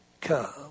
come